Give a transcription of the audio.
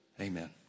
Amen